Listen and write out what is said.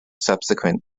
subsequent